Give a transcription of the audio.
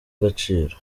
agaciro